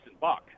buck